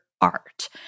Art